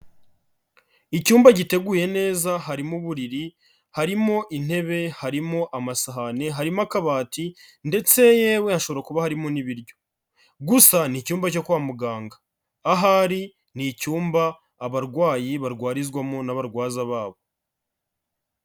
Icyumba giteguye neza harimo uburiri, harimo intebe, harimo amasahani, harimo akabati ndetse yewe hashobora kuba harimo n'ibiryo, gusa ni icyumba cyo kwa muganga, ahari ni icyumba abarwayi barwarizwamo n'abarwaza babo.